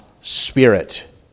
spirit